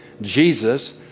Jesus